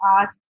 ask